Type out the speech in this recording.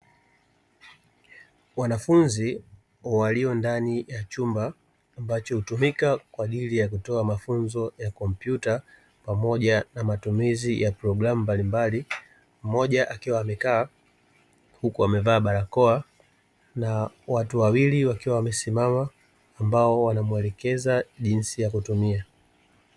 Wanafunzi walio ndani ya chumba ambacho hutumika kwa ajili ya kutoa mafunzo ya kompyuta pamoja na matumizi ya programu mbalimbali mmoja akiwa amekaa huku wamevaa barakoa na watu wawili wakiwa wamesimama ambao wanamwelekeza jinsi ya kutumia.